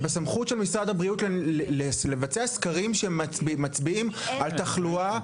בסמכות של משרד הבריאות לבצע סקרים שמצביעים על תחלואה.